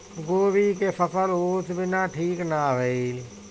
गोभी के फसल ओस बिना ठीक ना भइल